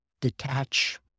detach